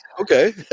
okay